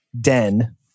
den